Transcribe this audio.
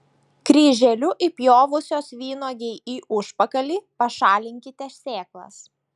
kryželiu įpjovusios vynuogei į užpakalį pašalinkite sėklas